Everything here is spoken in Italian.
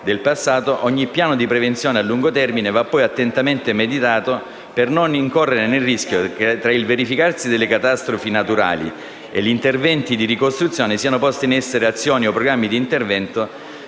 del passato, ogni piano di prevenzione a lungo termine va attentamente meditato per non incorrere nel rischio che, tra il verificarsi delle catastrofi naturali e gli interventi di ricostruzione, siano posti in essere azioni o programmi di intervento